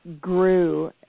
grew